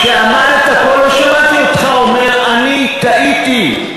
כשעמדת פה לא שמעתי אותך אומר: אני טעיתי.